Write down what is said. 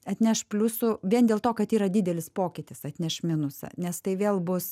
atneš pliusų vien dėl to kad yra didelis pokytis atneš minusą nes tai vėl bus